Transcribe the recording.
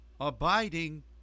Abiding